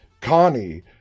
Connie